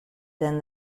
then